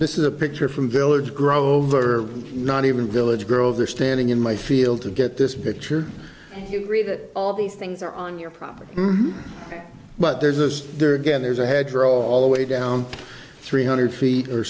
this is a picture from village grover not even village girls are standing in my field to get this picture you read that all these things are on your property but there's is there again there's a head roll all the way down three hundred feet